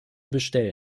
bestellen